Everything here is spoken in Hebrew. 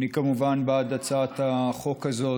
אני, כמובן, בעד הצעת החוק הזאת.